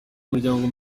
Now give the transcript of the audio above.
umuryango